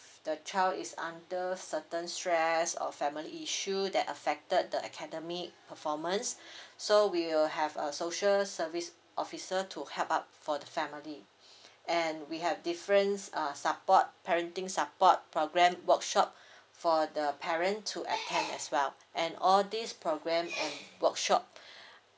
the child is under certain stress or family issue that affected the academic performance so we will have a social service officer to help out for the family and we have different err support parenting support programme workshop for the parent to attend as well and all these programme and workshop